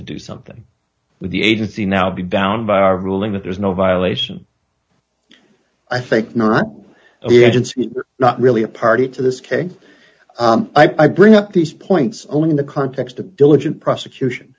to do something with the agency now be down by our ruling that there's no violation i think not not really a party to this case i bring up these points only in the context of diligent prosecution